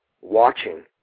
watching